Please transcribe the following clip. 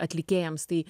atlikėjams tai